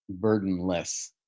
burdenless